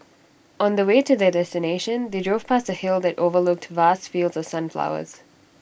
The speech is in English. on the way to their destination they drove past A hill that overlooked vast fields of sunflowers